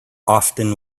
often